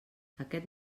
aquest